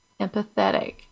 Empathetic